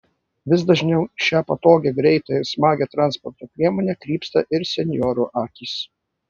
vis dažniau į šią patogią greitą ir smagią transporto priemonę krypsta ir senjorų akys